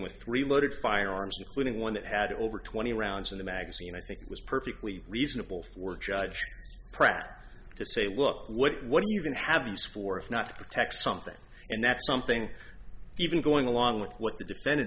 with three loaded firearms including one that had over twenty rounds in the magazine i think it was perfectly reasonable for judge pratt to say look what are you going to have use for if not to protect something and that's something even going along with what the defen